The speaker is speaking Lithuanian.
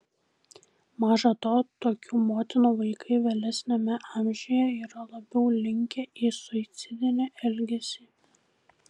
maža to tokių motinų vaikai vėlesniame amžiuje yra labiau linkę į suicidinį elgesį